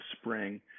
spring